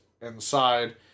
inside